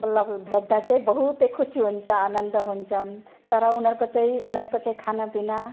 बल्ला भेट्दा चाहिँ बहुतै खुसी हुन्छ आनन्द हुन्छौँ तर उनीहरूको चाहिँ उनीहरूको चाहिँ खानापिना